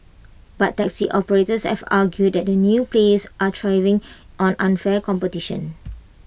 but taxi operators have argued that the new players are thriving on unfair competition